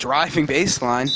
driving baseline